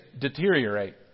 deteriorate